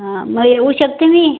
हां मग येऊ शकते मी